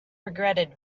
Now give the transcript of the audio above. regretted